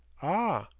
ah!